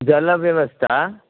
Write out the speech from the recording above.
जलव्यवस्था